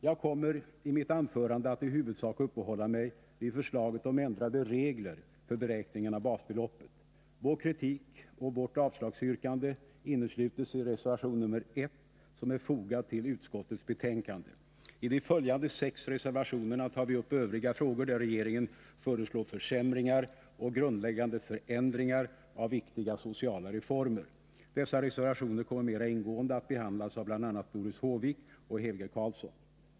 Jag kommer i mitt anförande att i huvudsak uppehålla mig vid förslaget om ändrade regler för beräkningen av basbeloppet. Vår kritik och vårt avslagsyrkande innesluts i reservation 1, som är fogad vid utskottets betänkande. I de följande sex reservationerna tar vi upp övriga frågor, där regeringen föreslår försämringar och grundläggande förändringar av viktiga sociala reformer. Dessa reservationer kommer mera ingående att behandlas av bl.a. Doris Håvik och Helge Karlsson.